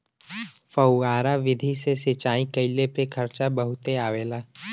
फौआरा विधि से सिंचाई कइले पे खर्चा बहुते आवला